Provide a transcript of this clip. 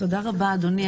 תודה רבה, אדוני.